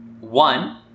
One